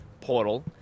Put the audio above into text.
portal